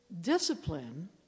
discipline